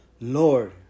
Lord